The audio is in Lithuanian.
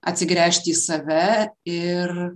atsigręžt į save ir